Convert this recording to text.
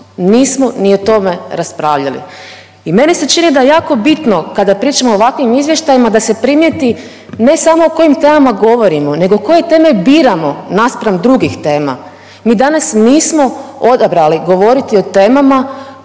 Nismo ni o tome raspravljali. I meni se čini da je jako bitno kada pričamo o ovakvim izvještajima da se primijeti ne samo o kojim temama govorimo, nego koje teme biramo naspram drugih tema. Mi danas nismo odabrali govoriti o temama